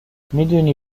میدونی